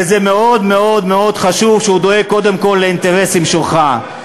וזה מאוד מאוד מאוד חשוב שהוא דואג קודם כול לאינטרסים שלך,